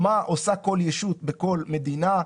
מה עושה כל ישות בכל מדינה?